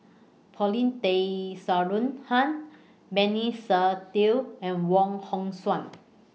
Paulin Tay Straughan Benny Se Teo and Wong Hong Suen